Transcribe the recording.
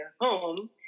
home